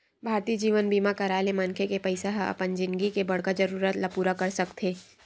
भारतीय जीवन बीमा कराय ले मनखे के पइसा ह अपन जिनगी के बड़का जरूरत ल पूरा कर सकत हे